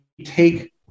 take